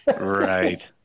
Right